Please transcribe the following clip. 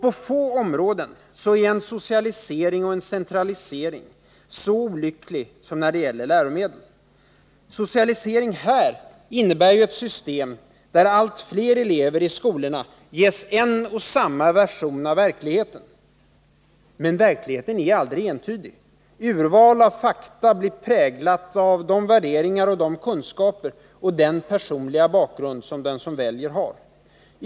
På få områden är en socialisering och en centralisering så olycklig som när det gäller läromedel. Socialisering här innebär ju ett system där allt fler elever i skolorna ges en och samma version av verkligheten. Men verkligheten är aldrig entydig. Urval av fakta blir präglat av de värderingar, de kunskaper och den personliga bakgrund den som väljer har.